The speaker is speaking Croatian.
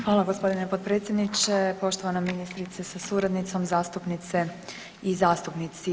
Hvala gospodine potpredsjedniče, poštovana ministrice sa suradnicom, zastupnice i zastupnici.